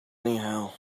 anyhow